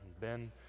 Ben